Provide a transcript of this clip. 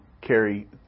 carry